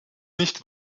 nicht